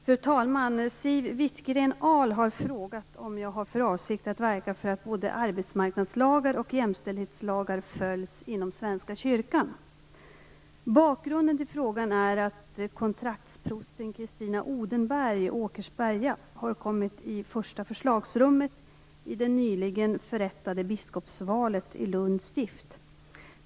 Fru talman! Siw Wittgren-Ahl har frågat om jag har för avsikt att verka för att både arbetsmarknadslagar och jämställdhetslagar följs inom Svenska kyrkan. Bakgrunden till frågan är att kontraktsprosten Christina Odenberg, Åkersberga, har kommit i första förslagsrummet i det nyligen förrättade biskopsvalet i Lunds stift.